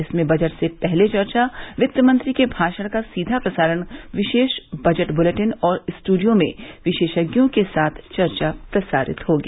इसमें बजट से पहले चर्चा वित्त मंत्री के भाषण का सीधा प्रसारण विशेष बजट दुलेटिन और स्टूडियो में विशेषज्ञों के साथ चर्चा प्रसारित होगी